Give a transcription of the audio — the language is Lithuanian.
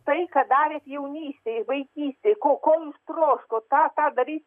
tai ką darėt jaunystėje vaikystėje ko ko jūs troškot tą tą daryt